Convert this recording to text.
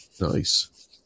nice